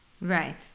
Right